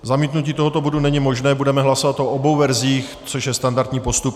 Zamítnutí tohoto bodu není možné, budeme hlasovat o obou verzích, což je standardní postup.